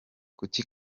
kuki